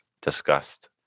discussed